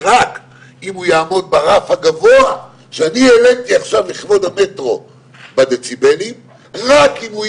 הוא עוד לא פה, אבל מתוך כבוד והערכה אני לא